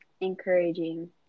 encouraging